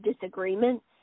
disagreements